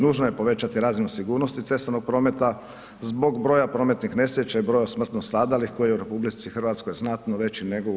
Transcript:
Nužno je povećati razinu sigurnosti cestovnog prometa zbog broja prometnih nesreća i broja smrtno stradalih koji je u RH znatno veći nego u EU.